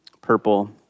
purple